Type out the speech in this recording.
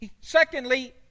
Secondly